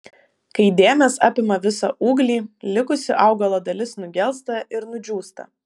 kai dėmės apima visą ūglį likusi augalo dalis nugelsta ir nudžiūsta